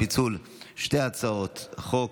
אני קובע שהצעת חוק